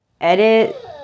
edit